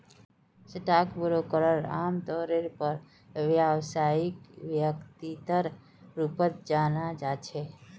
stock ब्रोकरक आमतौरेर पर व्यवसायिक व्यक्तिर रूपत जाना जा छे